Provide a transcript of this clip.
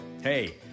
Hey